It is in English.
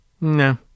No